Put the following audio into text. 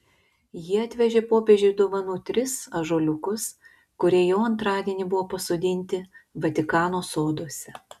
jie atvežė popiežiui dovanų tris ąžuoliukus kurie jau antradienį buvo pasodinti vatikano soduose